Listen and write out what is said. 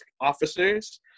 officers